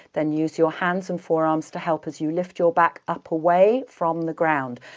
then use your hands and forearms to help, as you lift your back up away from the ground.